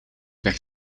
weg